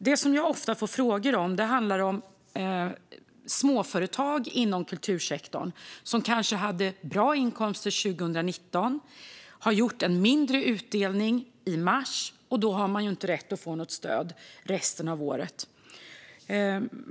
Det som jag ofta får frågor om handlar om småföretag inom kultursektorn som kanske hade bra inkomster 2019 och gjorde en mindre utdelning i mars. Då har de ju inte rätt att få något stöd resten av året.